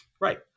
Right